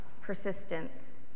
persistence